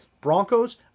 Broncos